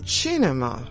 cinema